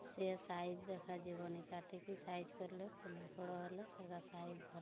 ସେ ସାଇଜ୍ ଦେଖା ଯିବନି କାଟି କି ସାଇଜ୍ କଲେ ଫୁଲ ଫଳ ହେଲେ ସେ କା ସାଇଜ୍ ଯିବ